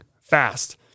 fast